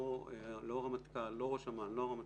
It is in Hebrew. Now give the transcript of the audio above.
לא ראש אמ"ן, לא הרמטכ"ל